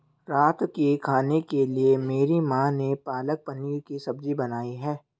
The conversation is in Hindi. रात के खाने के लिए मेरी मां ने पालक पनीर की सब्जी बनाई है